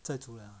在煮 liao